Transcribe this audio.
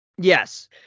Yes